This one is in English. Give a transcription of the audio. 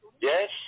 Yes